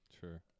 Sure